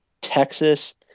Texas